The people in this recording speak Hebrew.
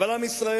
אבל עם ישראל,